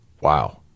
Wow